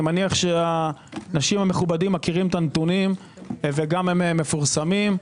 אני מניח שהאנשים המכובדים מכירים את הנתונים וגם הם מפורסמים.